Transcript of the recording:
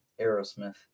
Aerosmith